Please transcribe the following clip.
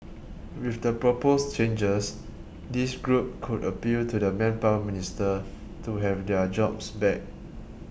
with the proposed changes this group could appeal to the Manpower Minister to have their jobs back